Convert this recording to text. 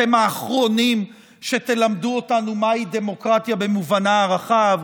אתם האחרונים שתלמדו אותנו מהי דמוקרטיה במובנה הרחב.